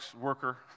worker